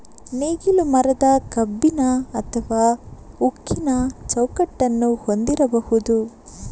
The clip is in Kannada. ನೇಗಿಲು ಮರದ, ಕಬ್ಬಿಣ ಅಥವಾ ಉಕ್ಕಿನ ಚೌಕಟ್ಟನ್ನು ಹೊಂದಿರಬಹುದು